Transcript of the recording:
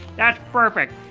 that's perfect!